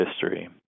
history